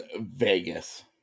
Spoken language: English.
Vegas